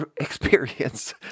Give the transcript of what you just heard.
experience